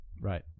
right